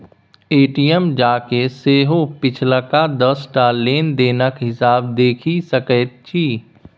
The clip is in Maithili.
ए.टी.एम जाकए सेहो पिछलका दस टा लेन देनक हिसाब देखि सकैत छी